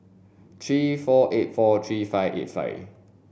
three four eight four three five eight five